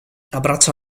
abbraccia